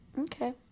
Okay